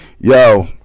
Yo